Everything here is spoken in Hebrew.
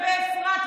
באפרת,